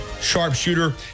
sharpshooter